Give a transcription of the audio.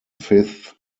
fifth